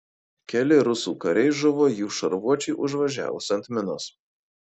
keli rusų kariai žuvo jų šarvuočiui užvažiavus ant minos